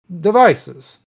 devices